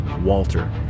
Walter